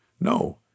No